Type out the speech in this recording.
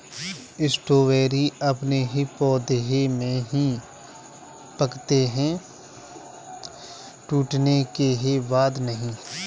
strawberry अपने पौधे में ही पकते है टूटने के बाद नहीं